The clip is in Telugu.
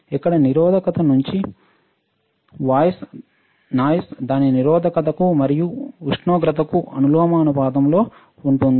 ఇక్కడ నిరోధకo నుండి నాయిస్ దాని నిరోధకతకు మరియు ఉష్ణోగ్రతకు అనులోమానుపాతంలో ఉంటుంది